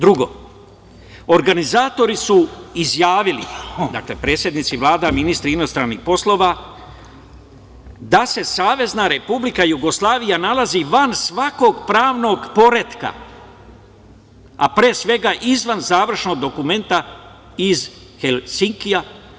Drugo, organizatori su izjavili, dakle, predsednici Vlada, ministri inostranih poslova, da se SRJ nalazi van svakog pravnog poretka, a pre svega izvan završnog dokumenta, iz Helsinkija.